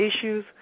issues